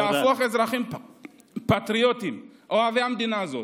להפוך אזרחים פטריוטים, אוהבי המדינה הזאת,